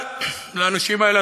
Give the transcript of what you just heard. אבל לאנשים האלה,